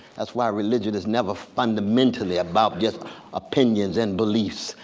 that's why religion is never fundamentally about just opinions and beliefs.